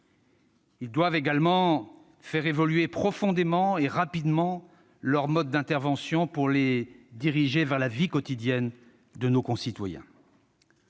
Ils doivent également faire évoluer profondément et rapidement leurs modes d'intervention, pour les diriger vers la vie quotidienne de nos concitoyens.